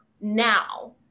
now